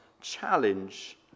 challenge